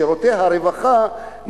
שירותי הרווחה,